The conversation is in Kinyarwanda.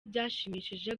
byashimishije